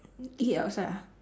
eat outside ah